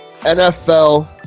NFL